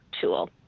tool